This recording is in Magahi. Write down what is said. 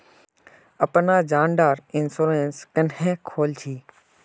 अपना जान डार इंश्योरेंस क्नेहे खोल छी?